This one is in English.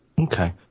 okay